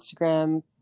Instagram